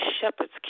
shepherd's